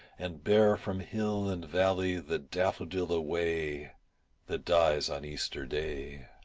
and bear from hill and valley the daffodil away that dies on easter day.